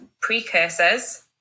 precursors